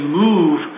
move